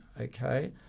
Okay